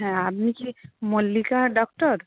হ্যাঁ আপনি কি মল্লিকা ডক্টর